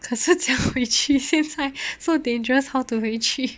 可是怎样会去现在 so dangerous how to 回去